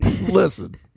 listen